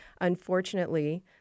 unfortunately